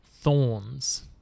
thorns